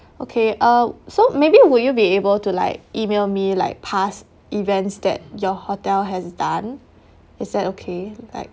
okay uh so maybe would you be able to like email me like past events that your hotel has done is that okay like